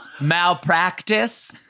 Malpractice